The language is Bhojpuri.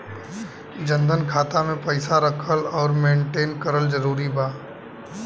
जनधन खाता मे पईसा रखल आउर मेंटेन करल जरूरी बा?